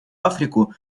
африку